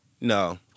No